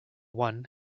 one